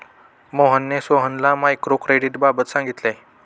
मोहनने सोहनला मायक्रो क्रेडिटबाबत सांगितले